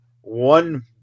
one